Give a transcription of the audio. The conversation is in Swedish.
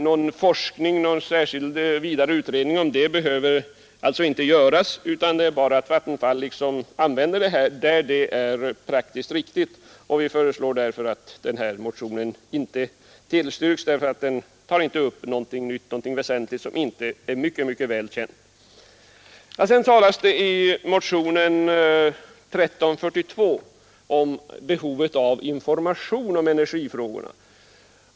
Någon forskning och särskild vidare utredning om det behöver alltså inte göras, utan Vattenfall använder denna metod där den är praktiskt riktig. Vi föreslår att denna motion inte bifalls eftersom den inte tar upp någonting väsentligt som inte är mycket väl känt. I motionen 1342 talas om behovet av information rörande energifrågorna.